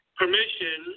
permission